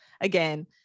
again